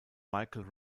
michael